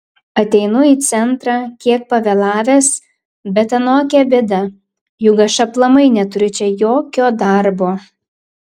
ateinu į centrą kiek pavėlavęs bet anokia bėda juk aš aplamai neturiu čia jokio darbo